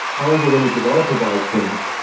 however, when a developer buys things,